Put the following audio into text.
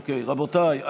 רבותיי,